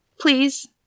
Please